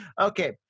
Okay